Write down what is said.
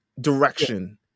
direction